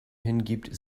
hingibt